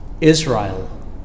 Israel